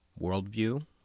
worldview